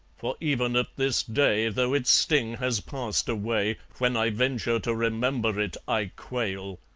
for, even at this day, though its sting has passed away, when i venture to remember it, i quail!